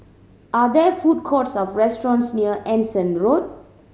are there food courts or restaurants near Anson Road